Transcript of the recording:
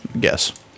guess